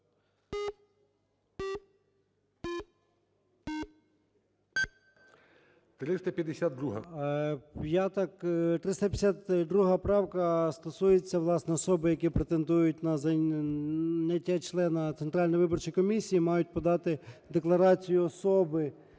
352-а правка стосується, власне, осіб які претендують на зайняття члена Центральної виборчої комісії, мають подати декларацію особи.